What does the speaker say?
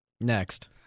Next